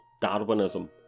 Darwinism